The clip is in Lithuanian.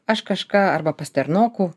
aš kažką arba pastarnokų